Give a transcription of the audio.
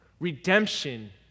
Redemption